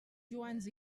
joans